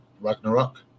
Ragnarok